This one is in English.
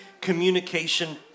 communication